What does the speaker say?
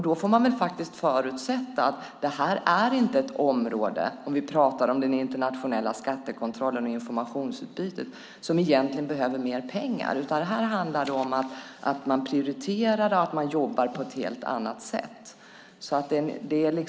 Då får man faktiskt förutsätta att det här inte är ett område, om vi pratar om den internationella skattekontrollen och informationsutbudet, som egentligen behöver mer pengar, utan här handlar det om att man prioriterar och att man jobbar på ett helt annat sätt.